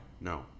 no